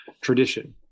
tradition